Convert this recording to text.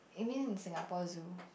you mean in Singapore Zoo